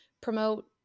promote